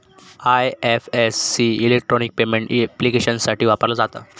IFSC electronic payment ऍप्लिकेशन्ससाठी वापरला जाता